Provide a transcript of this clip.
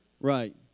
Right